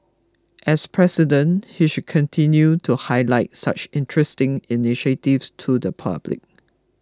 as President he should continue to highlight such interesting initiatives to the public